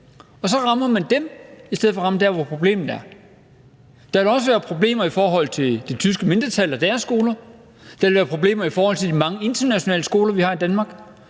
Og så rammer man dem i stedet for at ramme der, hvor problemet er. Der vil også være problemer i forhold til det tyske mindretal og deres skoler, og der vil være problemer i forhold til de mange internationale skoler, vi har i Danmark,